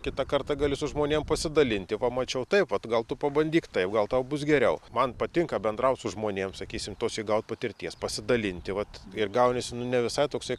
kitą kartą gali su žmonėm pasidalinti va mačiau taip vat gal tu pabandyk taip gal tau bus geriau man patinka bendraut su žmonėm sakysim tos įgaut patirties pasidalinti vat ir gaunasi nu ne visai toksai